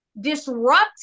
disrupt